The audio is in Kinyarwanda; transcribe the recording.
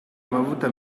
amavuta